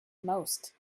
most